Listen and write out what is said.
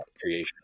creation